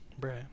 bruh